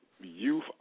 youth